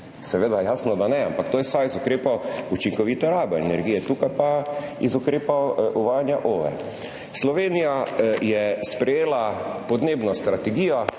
Seveda, jasno, da ne, ampak to izhaja iz ukrepov učinkovite rabe energije, tukaj pa iz ukrepov uvajanja OVE. Slovenija je sprejela podnebno strategijo